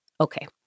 Okay